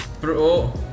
bro